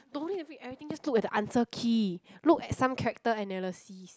no need to read everything just look at the answer key look at some character analysis